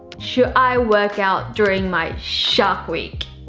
should i workout during my shark week?